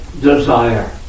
desire